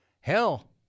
Hell